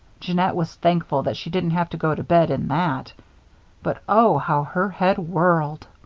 jeannette was thankful that she didn't have to go to bed in that but oh, how her head whirled!